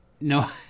no